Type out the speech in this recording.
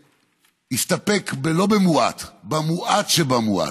שהסתפק, לא במועט, במועט שבמועט,